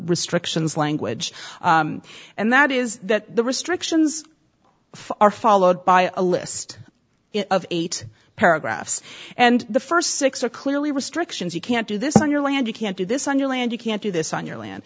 restrictions language and that is that the restrictions are followed by a list of eight paragraphs and the first six are clearly restrictions you can't do this on your land you can't do this on your land you can't do this on your land